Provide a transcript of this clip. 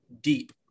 deep